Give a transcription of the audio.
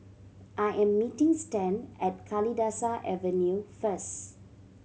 I am meeting Stan at Kalidasa Avenue first